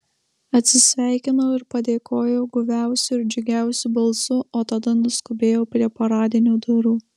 atsisveikinau ir padėkojau guviausiu ir džiugiausiu balsu o tada nuskubėjau prie paradinių durų